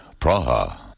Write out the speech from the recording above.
Praha